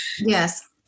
yes